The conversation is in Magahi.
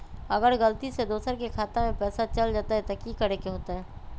अगर गलती से दोसर के खाता में पैसा चल जताय त की करे के होतय?